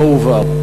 לא הועבר.